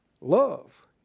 Love